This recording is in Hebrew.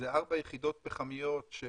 היחידות האלה הן ארבע יחידות פחמיות,